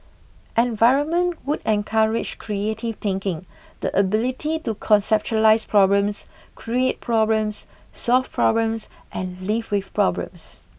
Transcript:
environment would encourage creative thinking the ability to conceptualise problems create problems solve problems and live with problems